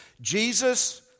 Jesus